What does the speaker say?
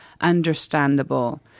understandable